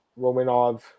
Romanov